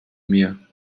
mir